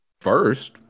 first